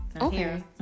Okay